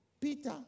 Peter